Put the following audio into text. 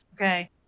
Okay